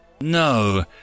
No